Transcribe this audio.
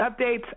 updates